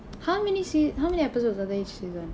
how many sea~ how many episodes are there in each season